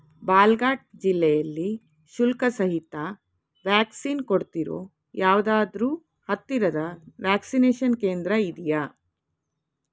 ಬಾಲ್ಘಾಟ್ ಜಿಲ್ಲೆಯಲ್ಲಿ ಶುಲ್ಕಸಹಿತ ವ್ಯಾಕ್ಸಿನ್ ಕೊಡ್ತಿರೋ ಯಾವುದಾದ್ರೂ ಹತ್ತಿರದ ವ್ಯಾಕ್ಸಿನೇಷನ್ ಕೇಂದ್ರ ಇದೆಯಾ